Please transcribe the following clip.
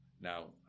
now